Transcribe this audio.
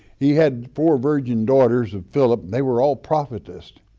he had four virgin daughters of philip, they were all prophetess.